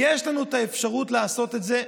יש לנו אפשרות לעשות את זה.